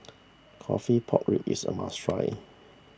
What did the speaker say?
Coffee Pork Ribs is a must try